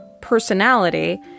personality